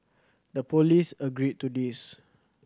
the police agreed to this